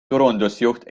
turundusjuht